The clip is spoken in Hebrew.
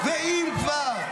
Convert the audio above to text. ואם כבר,